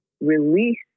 release